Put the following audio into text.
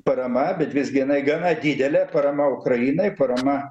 parama bet visgi jinai gana didelė parama ukrainai parama